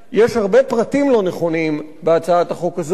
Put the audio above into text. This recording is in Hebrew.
יש הרבה פרטים לא נכונים בהצעת החוק הזאת,